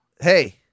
Hey